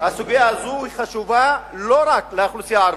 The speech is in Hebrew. הסוגיה הזאת חשובה לא רק לאוכלוסייה הערבית,